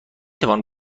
توانم